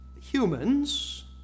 humans